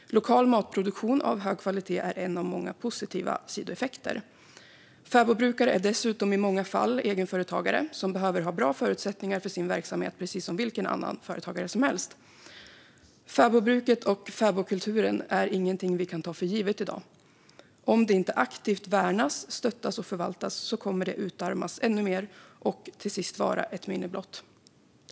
Lokal matproduktion av hög kvalitet är en av många positiva sidoeffekter. Fäbodbrukare är dessutom i många fall egenföretagare som behöver ha bra förutsättningar för sin verksamhet, precis som vilken annan företagare som helst. Fäbodbruket och fäbodkulturen är ingenting vi kan ta för givet i dag. Om det inte aktivt värnas, stöttas och förvaltas kommer det att utarmas ännu mer och till sist vara ett minne blott.